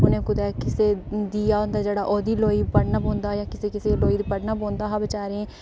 उ'नें कुसै दीआ होंदा बचारा उसदी लोई पढ़ना पौंदा जां किसै किसै दी लोई पढ़ना पौंदा हा बेचारें गी